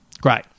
Great